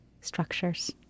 structures